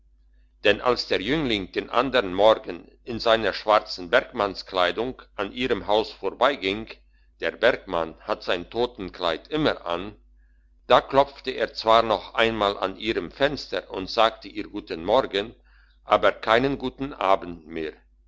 denn als der jüngling den andern morgen in seiner schwarzen bergmannskleidung an ihrem haus vorbeiging der bergmann hat sein totenkleid immer an da klopfte er zwar noch einmal an ihrem fenster und sagte ihr guten morgen aber keinen guten abend mehr